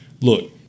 Look